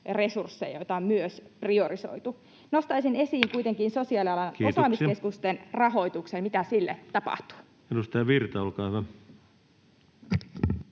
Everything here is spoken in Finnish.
resursseista, joita myös on priorisoitu. Nostaisin esiin kuitenkin sosiaalialan osaamiskeskusten rahoituksen. Mitä sille tapahtuu? Kiitoksia. — Edustaja Virta, olkaa hyvä.